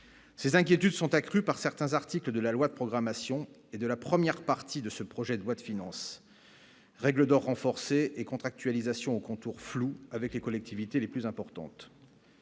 ces inquiétudes sont accrus par certains articles de la loi de programmation et de la première partie de ce projet de loi de finances. Règle d'or renforcée et contractualisation aux contours flous avec les collectivités les plus importantes.